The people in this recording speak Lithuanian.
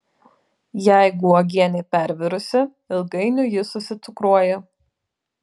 jeigu uogienė pervirusi ilgainiui ji susicukruoja